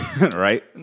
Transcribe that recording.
right